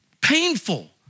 painful